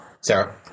Sarah